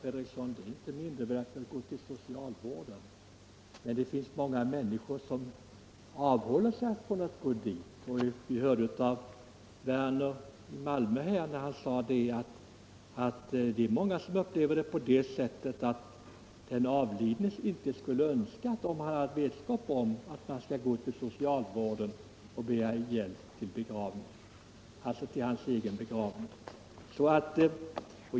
Herr talman! Det är inte mindervärdigt att gå till socialvården, men det finns många människor som avhåller sig från att gå dit. Vi hörde av herr Werner i Malmö att många upplever att den avlidne inte skulle ha önskat något sådant för sin egen begravning.